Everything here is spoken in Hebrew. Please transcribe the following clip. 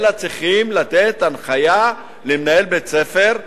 אלא צריכים לתת הנחיה למנהל בית-ספר,